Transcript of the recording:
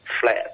flat